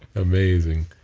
amazing.